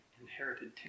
inherited